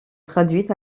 traduites